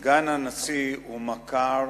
סגן הנשיא הוא מכר